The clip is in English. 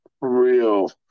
real